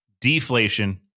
deflation